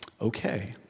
Okay